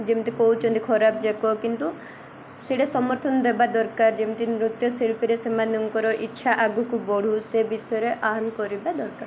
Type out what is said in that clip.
ଯେମିତି କହୁଛନ୍ତି ଖରାପ ଜାକ କିନ୍ତୁ ସେଟା ସମର୍ଥନ ଦେବା ଦରକାର ଯେମିତି ନୃତ୍ୟଶିଳ୍ପୀରେ ସେମାନଙ୍କର ଇଚ୍ଛା ଆଗକୁ ବଢ଼ୁ ସେ ବିଷୟରେ ଆହ୍ୱାନ କରିବା ଦରକାର